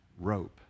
rope